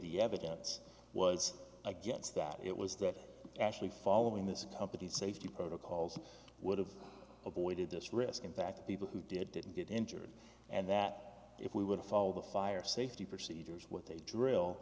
the evidence was against that it was that actually following this company's safety protocols would have avoided this risk in fact people who did didn't get injured and that if we would follow the fire safety procedures what they drill